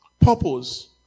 Purpose